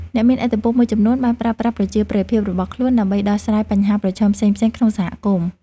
អ្នកមានឥទ្ធិពលមួយចំនួនបានប្រើប្រាស់ប្រជាប្រិយភាពរបស់ខ្លួនដើម្បីដោះស្រាយបញ្ហាប្រឈមផ្សេងៗក្នុងសហគមន៍។